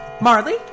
Marley